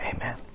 amen